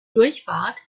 durchfahrt